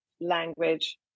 Language